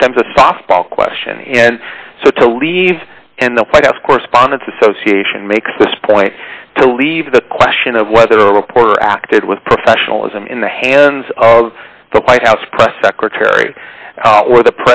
sometimes a softball question and so to leave and the white house correspondents association makes this point to leave the question of whether a reporter acted with professionalism in the hands of the white house press secretary or the